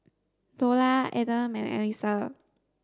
Dollah Adam and Alyssa